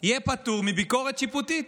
יהיו פטורים מביקורת שיפוטית.